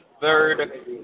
third